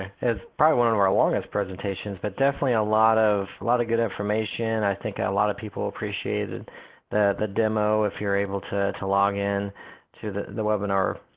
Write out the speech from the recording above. probably one and of our longest presentations, but definitely a lot of lot of good information, i think a lot of people appreciated the the demo if you're able to to login to the the webinar